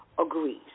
Agrees